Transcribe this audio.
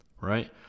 right